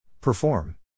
Perform